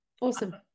Awesome